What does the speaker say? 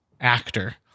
actor